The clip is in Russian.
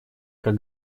как